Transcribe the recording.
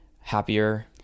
happier